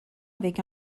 avec